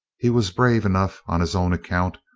he was brave enough on his own account,